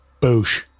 Boosh